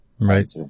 right